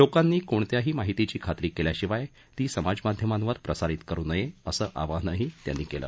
लोकांनी कोणत्याही माहितीची खात्री केल्याशिवाय ती समाजमाध्यमांवर प्रसारित करू नये असं आवाहानही त्यांनी केलं